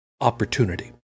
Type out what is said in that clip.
opportunity